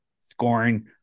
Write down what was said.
scoring